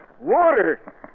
Water